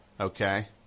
Okay